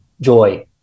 joy